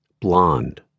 blonde